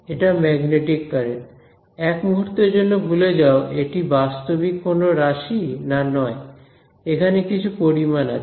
এটা magnetic current এক মুহূর্তের জন্য ভুলে যাও এটি বাস্তবিক কোন রাশি না নয় এখানে কিছু পরিমাণ আছে